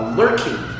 lurking